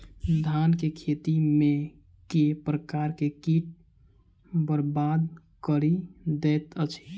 धान केँ खेती मे केँ प्रकार केँ कीट बरबाद कड़ी दैत अछि?